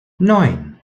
neun